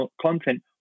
content